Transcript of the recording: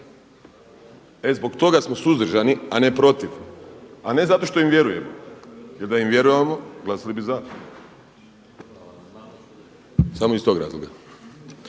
E zbog toga smo suzdržani, a ne protiv a ne zato što im vjerujemo. Jer da im vjerujemo glasovali bi za, samo iz tog razloga.